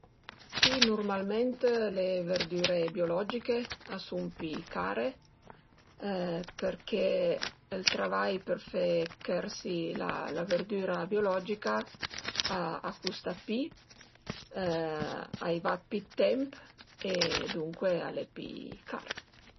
Si nurmalment le verdüre biologiche a sun pi care përché ël travai për fe chërsi la verdüra biologica a custa 'd pi, a i va pi 'd temp e duncue al e pi car